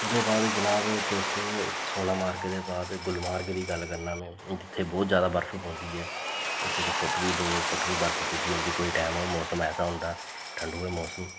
ओह्दे बाद जनाब तुस सोनामर्ग ते बाद गुलमर्ग दी गल्ल करना में जित्थें बोह्त ज्यादा बर्फ पौंदी ऐ इक इक फुट्ट बी दो दो फुट्ट बी बर्फ पुज्जी जंदी कोई टैम मौसम ऐसा होंदा ठंडू दे मौसम